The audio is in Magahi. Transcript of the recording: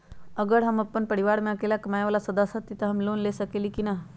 अगर हम अपन परिवार में अकेला कमाये वाला सदस्य हती त हम लोन ले सकेली की न?